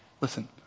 Listen